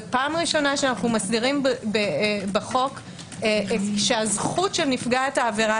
זו פעם ראשונה שאנו מסדירים בחוק שהזכות של נפגעת העבירה